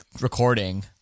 recording